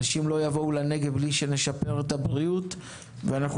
אנשים לא יבואו לנגב בלי שנשפר את הבריאות ואנחנו